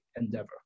endeavor